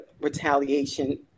retaliation